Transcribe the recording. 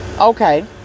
Okay